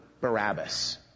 Barabbas